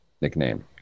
nickname